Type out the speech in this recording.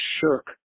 shirk